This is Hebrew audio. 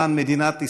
למען מדינת ישראל,